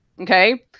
Okay